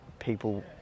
people